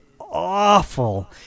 awful